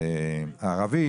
וערבית